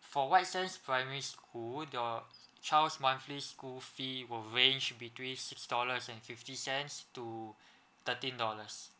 for white sands primary school the child's monthly school fee will range between six dollars and fifty cents to thirteen dollars